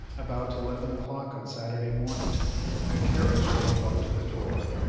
about eleven o'clock on saturday morning a carriage drove up to the door,